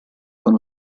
con